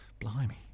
Blimey